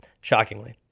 shockingly